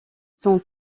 son